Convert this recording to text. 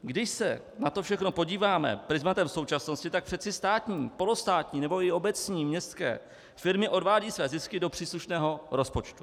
Když se na to všechno podíváme prizmatem současnosti, tak přece státní, polostátní nebo i obecní městské firmy odvádějí své zisky do příslušného rozpočtu.